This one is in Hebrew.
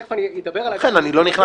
תיכף אני אדבר --- לכן אני לא נכנס